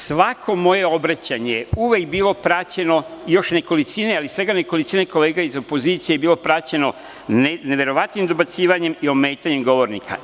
Svako moje obraćanje je uvek bilo praćeno još nekolicine, ali svega nekolicine kolega iz opozicije je bilo praćeno neverovatnim dobacivanjem i ometanjem govornika.